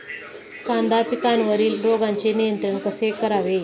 कांदा पिकावरील रोगांचे नियंत्रण कसे करावे?